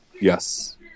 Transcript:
Yes